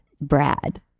Brad